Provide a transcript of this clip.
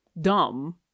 dumb